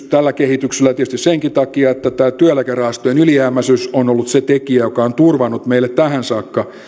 tällä kehityksellä on merkitystä tietysti senkin takia että tämä työeläkerahastojen ylijäämäisyys on ollut se tekijä joka on turvannut meille tähän saakka